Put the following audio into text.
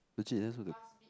legit that's what the